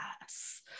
yes